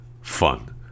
fun